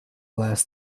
last